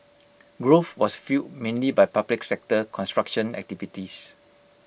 growth was fuelled mainly by public sector construction activities